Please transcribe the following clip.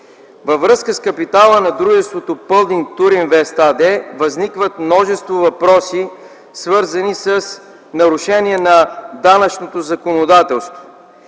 Във връзка с капитала на дружеството „Пълдин туринвест” АД възникват множество въпроси, свързани с нарушения на данъчното законодателство.